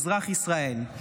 אזרח ישראל.